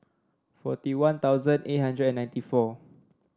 forty One Thousand eight hundred and ninety four